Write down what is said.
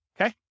Okay